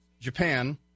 Japan